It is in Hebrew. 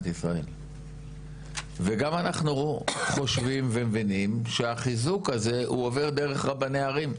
ישראל וגם אנחנו חושבים ומבינים שהחיזוק הזה עובר דרך רבני הערים,